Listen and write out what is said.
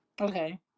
Okay